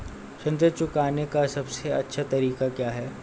ऋण चुकाने का सबसे अच्छा तरीका क्या है?